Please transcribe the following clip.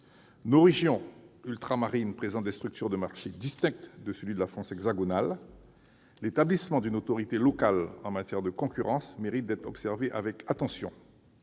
Nos régions ultramarines présentent des structures de marché distinctes de celles de la France hexagonale. L'établissement d'une autorité locale en matière de concurrence mérite d'être observé avec attention.